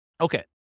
Okay